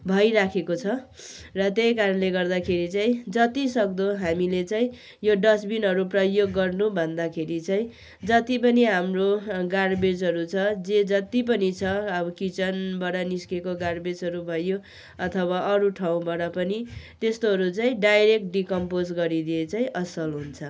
भइराखेको छ र त्यही कारणले गर्दाखेरि चाहिँ जतिसक्दो हामीले चैँ यो डसबिनहरू प्रयोग गर्नुभन्दाखेरि चाहिँ जति पनि हाम्रो गार्बेजहरू छ जे जति पनि छ अब किचनबाट निस्केको गार्बेजहरू भयो अथवा अरू ठाउँबाट पनि त्यस्तोहरू चाहिँ डाइरेक्ट डिकम्पोस गरिदिए चाहिँ असल हुन्छ